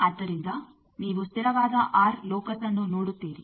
ಆದ್ದರಿಂದ ನೀವು ಸ್ಥಿರವಾದ ಆರ್ ಲೋಕಸ್ಅನ್ನು ನೋಡುತ್ತೀರಿ